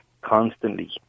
constantly